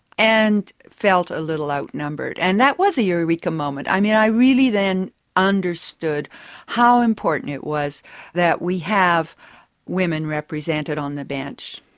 and felt a little outnumbered? and that was a eureka moment. i mean, i really then understood how important it was that we have women represented on the bench.